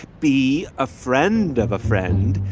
b, a friend of a friend?